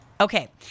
Okay